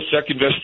second-best